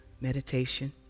meditation